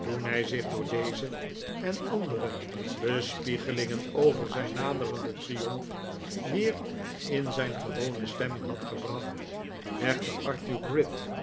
toen hij zich door deze en andere bespiegelingen over zijn naderenden triomf weer in zijn gewone stemming had gebracht legde arthur